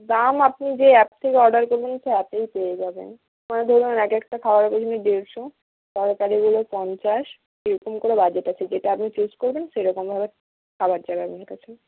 দাম আপনি যে অ্যাপ থেকে অর্ডার করলেন সেই অ্যাপেই পেয়ে যাবেন মানে ধরুন এক একটা খাবারের পিছনে দেড়শো তরকারিগুলো পঞ্চাশ এরকম করে বাজেট আছে যেটা আপনি চুজ করবেন সেরকমভাবে খাবার যাবে আপনার কাছে